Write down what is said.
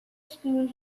spoon